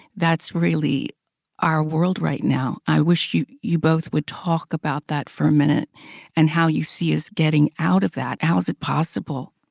that's really our world right now. i wish you you both would talk about that for a minute and how you see us getting out of that. how is it possible?